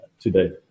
today